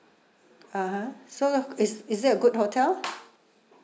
(uh huh) so is is it a good hotel